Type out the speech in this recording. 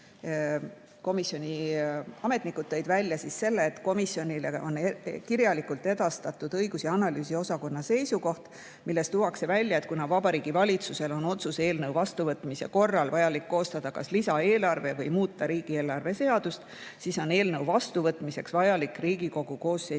Komisjoni ametnikud tõid välja selle, et komisjonile on kirjalikult edastatud [Riigikogu] õigus- ja analüüsiosakonna seisukoht, milles tuuakse välja, et kuna Vabariigi Valitsusel on otsuse eelnõu vastuvõtmise korral vajalik koostada kas lisaeelarve või muuta riigieelarve seadust, siis on eelnõu vastuvõtmiseks vajalik Riigikogu koosseisu